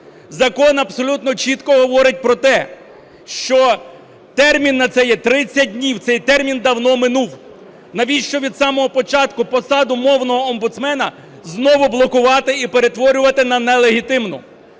Закон абсолютно чітко говорить про те, що термін на це є 30 днів. Цей термін давно минув. Навіщо від самого початку посаду мовного омбудсмена знову блокувати і перетворювати на нелегітимну?